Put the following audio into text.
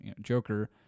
Joker